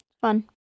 fun